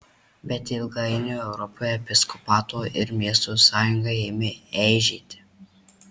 bet ilgainiui europoje episkopato ir miestų sąjunga ėmė eižėti